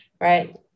right